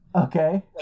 okay